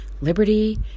liberty